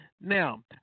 Now